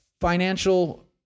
financial